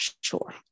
sure